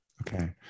Okay